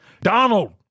Donald